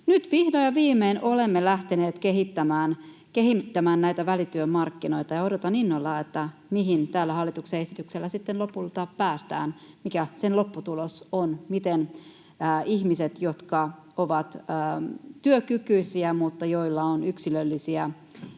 ja viimein olemme lähteneet kehittämään näitä välityömarkkinoita, ja odotan innolla, mihin tällä hallituksen esityksellä sitten lopulta päästään, mikä sen lopputulos on: miten ihmiset, jotka ovat työkykyisiä mutta joilla on yksilöllisiä